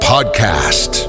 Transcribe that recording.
podcast